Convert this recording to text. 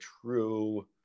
true –